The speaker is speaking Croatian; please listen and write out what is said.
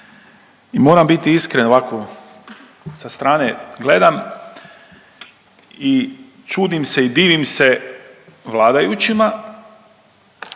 i moram biti iskren ovako sa strane gledam i čudim se i divim se vladajućima